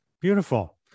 Beautiful